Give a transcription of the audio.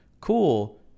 cool